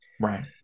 Right